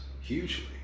hugely